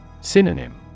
Synonym